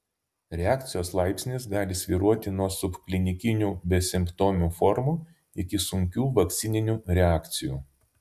reakcijos laipsnis gali svyruoti nuo subklinikinių besimptomių formų iki sunkių vakcininių reakcijų